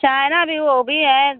China भी वो भी है